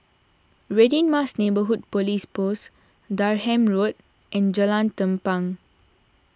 Radin Mas Neighbourhood Police Post Durham Road and Jalan Tampang